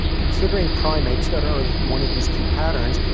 considering primates that are one of these two patterns,